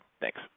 Thanks